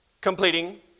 completing